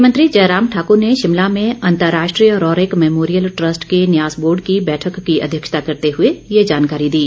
मुख्यमंत्री जयराम ठाक्र ने शिमला में अंतर्राष्ट्रीय रौरिक मेमोरियल ट्रस्ट के न्यास बोर्ड की बैठक की अध्यक्षता करते हुए ये जानकारी दी